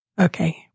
okay